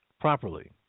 properly